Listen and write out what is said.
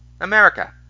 America